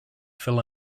fill